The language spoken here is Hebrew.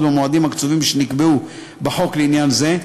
במועדים הקצובים שנקבעו בחוק לעניין זה,